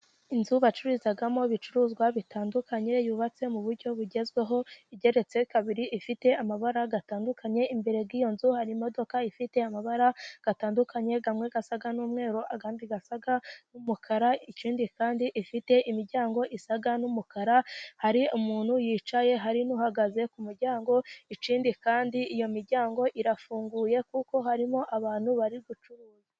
Inzu bacururizamo ibicuruzwa bitandukanye, yubatse mu buryo bugezweho. Igeretse kabiri, ifite amabara atandukanye. Imbere y'iyo nzu hari imodoka ifite amabara atandukanye. Amwe asa n'umweru, andi asa n'umukara. Ikindi kandi, ifite imiryango isa n'umukara. Hari umuntu wicaye, hari n'uhagaze ku muryango. Ikindi kandi, iyo miryango irafunguye kuko harimo abantu bari gucuruza.